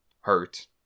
hurt